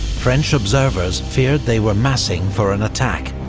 french observers feared they were massing for an attack.